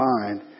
mind